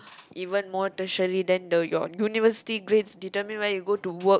even more tertiary then your university grades determine where you go to work